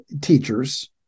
teachers